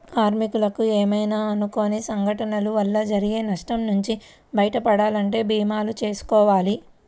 కార్మికులకు ఏమైనా అనుకోని సంఘటనల వల్ల జరిగే నష్టం నుంచి బయటపడాలంటే భీమాలు చేసుకోవాలి